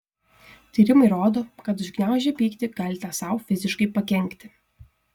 tyrimai rodo kad užgniaužę pyktį galite sau fiziškai pakenkti